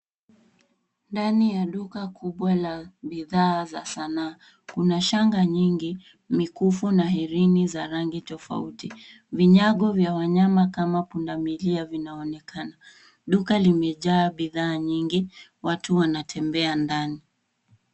Ndani ya duka kubwa la bidhaa za sanaa kuna shanga nyingi ,mikufu na herini za rangi tofauti. Vinyago vya wanyama kama pundamilia vinaonekana. Duka limejaa bidhaa nyingi watu wanatembea ndani.